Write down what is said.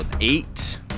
eight